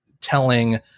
telling